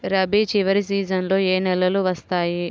రబీ చివరి సీజన్లో ఏ నెలలు వస్తాయి?